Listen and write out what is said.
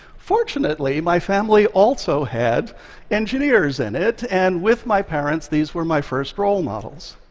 fortunately, my family also had engineers in it, and with my parents, these were my first role models.